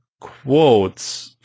quotes